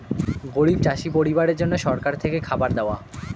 গরিব চাষি পরিবারের জন্য সরকার থেকে খাবার দেওয়া